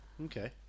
Okay